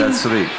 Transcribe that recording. עצרי,